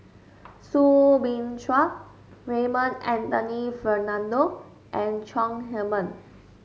Soo Bin Chua Raymond Anthony Fernando and Chong Heman